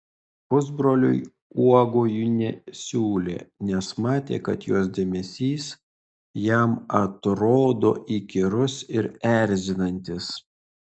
pusbroliui uogų ji nesiūlė nes matė kad jos dėmesys jam atrodo įkyrus ir erzinantis